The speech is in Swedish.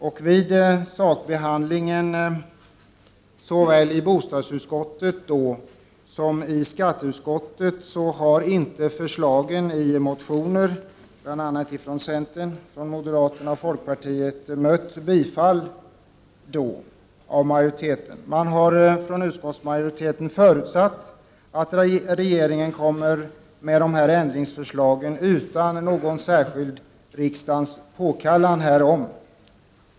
Vid sakfrågans behandling såväl i bostadsutskottet som i skatteutskottet har inte förslagen i motioner bl.a. ifrån centern, moderaterna och folkpartiet mött något bifall av majoriteten. Man har från utskottsmajoriteten förutsatt att regeringen kommer med ändringsförslag utan någon särskild påkallan från riksdagen.